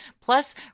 Plus